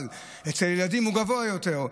אבל אצל ילדים הוא גבוה יותר.